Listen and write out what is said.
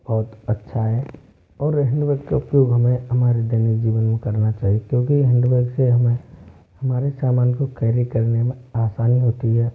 बहुत अच्छा है और हैन्ड बैग का उपयोग हमें हमारे दैनिक जीवन में करना चाहिए क्योंकि हैन्ड बैग से हमें हमारे सामान को केरी करने में आसानी होती है